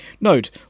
Note